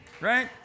Right